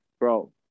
Bro